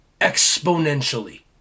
exponentially